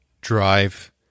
drive